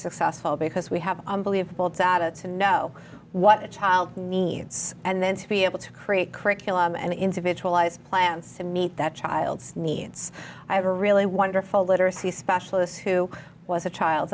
successful because we have unbelievable data to know what a child needs and then to be able to create curriculum and individualized plans to meet that child's needs i have a really wonderful literacy specialists who was a child